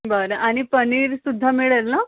बरं आणि पनीरसुद्धा मिळेल ना